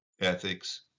ethics